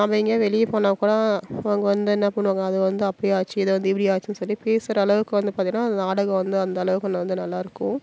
நாம் எங்கேயா வெளியே போனால் கூட அங்கே வந்து என்ன பண்ணுவாங்க அது வந்து அப்படி ஆச்சு இது வந்து இப்படி ஆச்சு சொல்லி பேசுகிற அளவுக்கு வந்து பார்த்தினா அந்த நாடகம் வந்து அந்த அளவுக்கு வந்து நல்லா இருக்கும்